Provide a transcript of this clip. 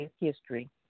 history